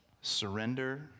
surrender